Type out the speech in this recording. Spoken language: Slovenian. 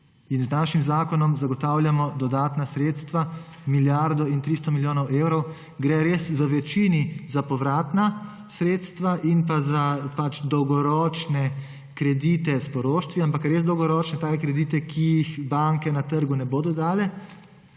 z našim zakonom zagotavljamo dodatna sredstva, milijardo in 300 milijonov evrov gre res v večini za povratna sredstva in pa za dolgoročne kredite s poroštvi, ampak ker res dolgoročne take kredite, ki jih banke na trgu ne bodo dale,